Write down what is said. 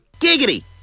Giggity